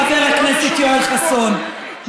חבר הכנסת יואל חסון,